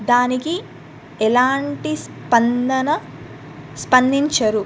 దానికి ఎలాంటి స్పందన స్పందించరు